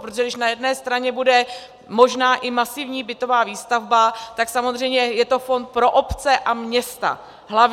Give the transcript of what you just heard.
Protože když na jedné straně bude možná i masivní bytová výstavba, tak samozřejmě je to fond pro obce a města hlavně.